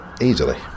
easily